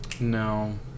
No